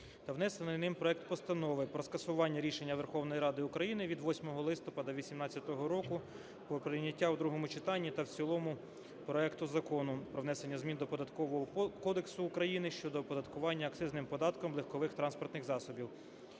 внесений ним проект Постанови про скасування рішення Верховної Ради України від 8 листопада 2018 року про прийняття у другому читанні та в цілому проекту Закону "Про внесення змін до Податкового кодексу України щодо оподаткування акцизним податком легкових транспортних засобів"